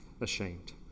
ashamed